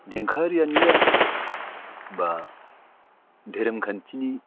देंखोआरियानो जा बा धोरोमखान्थिनि